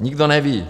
Nikdo neví.